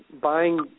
buying